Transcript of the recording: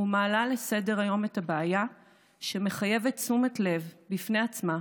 ומעלה לסדר-היום את הבעיה שמחייבת תשומת לב בפני עצמה,